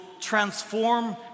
transform